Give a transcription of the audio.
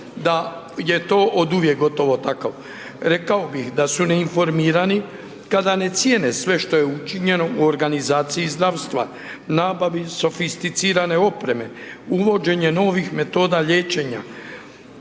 da je to oduvijek gotovo takav. Rekao bih da su neinformirani kada ne cijene sve što je učinjeno u organizaciji zdravstva, nabavi sofisticirane opreme, uvođenje novih metoda liječenja,